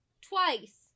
twice